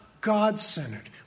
God-centered